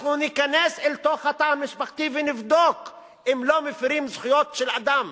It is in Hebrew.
אנחנו ניכנס אל תוך התא המשפחתי ונבדוק אם לא מפירים זכויות של אדם.